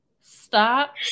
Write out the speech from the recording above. Stop